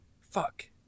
fuck